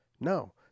no